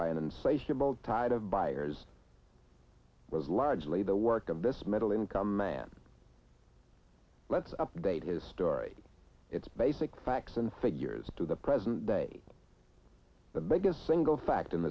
buyers was largely the work of this middle income man let's update his story it's basic facts and figures to the present day the biggest single fact